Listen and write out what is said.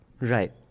Right